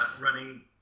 running